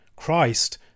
Christ